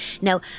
Now